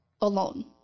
alone